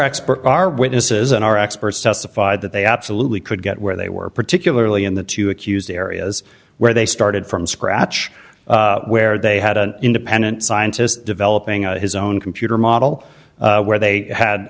experts our witnesses and our experts testified that they absolutely could get where they were particularly in the two accused areas where they started from scratch where they had an independent scientists developing his own computer model where they had